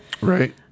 Right